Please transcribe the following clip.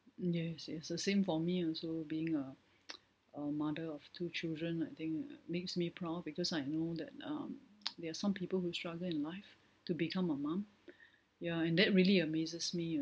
yes yes the same for me also being a a mother of two children I think uh makes me proud because I know that um there are some people who struggle in life to become a mum ya and that really amazes me